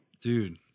dude